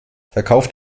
verkauft